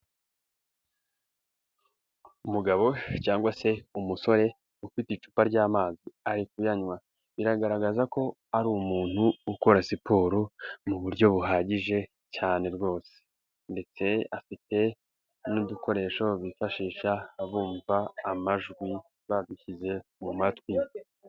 Umugabo cyangwa se umusore ufite icupa ry'amazi arikuyanywa, biragaragaza ko ari umuntu ukora siporo, mu buryo buhagije cyane rwose ndetse afite n'udukoresho bifashisha bumva amajwi, badushyize mu matwi.